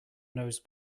knows